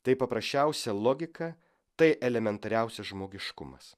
tai paprasčiausia logika tai elementariausias žmogiškumas